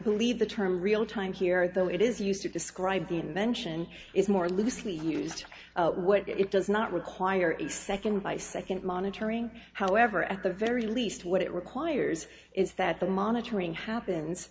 believe the term real time here though it is used to describe the invention is more loosely used what it does not require a second by second monitoring however at the very least what it requires is that the monitoring happens